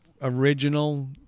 original